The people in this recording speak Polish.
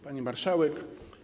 Pani Marszałek!